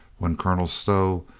when colonel stow,